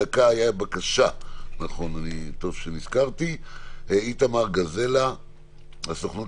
הייתה בקשה של איתמר גזלה מן הסוכנות